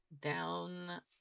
down